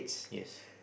yes